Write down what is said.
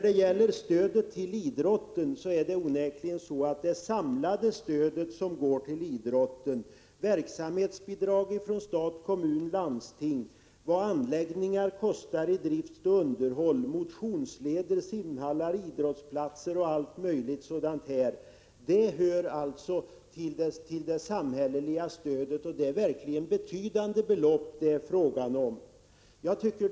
Det samlade stödet till idrotten i form av verksamhetsbidrag från stat, kommun och landsting till drift och underhåll av anläggningar, motionsleder, simhallar, idrottsplatser och allt möjligt hör till det samhälleliga stödet, och det är alltså fråga om betydande belopp.